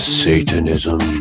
satanism